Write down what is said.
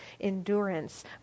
endurance